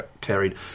carried